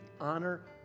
honor